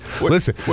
listen